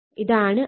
ഇതാണ് I